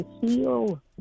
heal